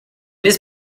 his